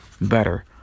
better